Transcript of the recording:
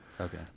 Okay